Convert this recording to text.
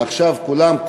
עכשיו כולם,